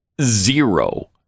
zero